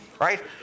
Right